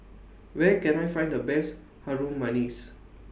Where Can I Find The Best Harum Manis